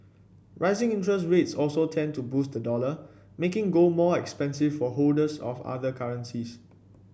rising interest rates also tend to boost the dollar making gold more expensive for holders of other currencies